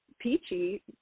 peachy